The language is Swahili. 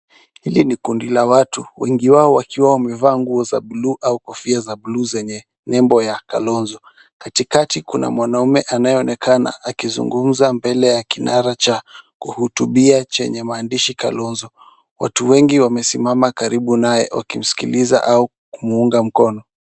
Hili ni kundi la watu. Wengi wao wakiwa wamevaa nguo za buluu, au kofia za buluu zenye nembo ya Kalonzo. Katikati, kuna mwanaume anayeonekana akizungumza mbele ya kinara cha kuhutubia chenye maandishi Kalonzo. Watu wengi wamesimama karibu naye, wakimsikiliza au kumuunga mkono.